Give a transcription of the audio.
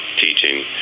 teaching